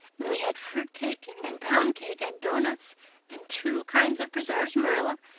and we had fruit cake and pound cake and doughnuts and two kinds of preserves, marilla.